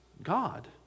God